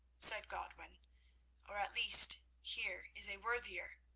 said godwin or at least, here is a worthier,